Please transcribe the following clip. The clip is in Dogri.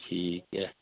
ठीक ऐ